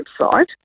website